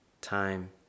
time